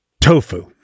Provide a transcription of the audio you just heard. tofu